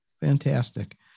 fantastic